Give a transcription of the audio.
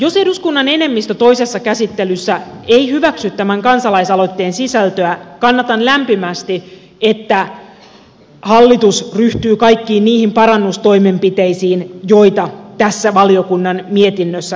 jos eduskunnan enemmistö toisessa käsittelyssä ei hyväksy tämän kansalaisaloitteen sisältöä kannatan lämpimästi että hallitus ryhtyy kaikkiin niihin parannustoimenpiteisiin joita tässä valiokunnan mietinnössä esitetään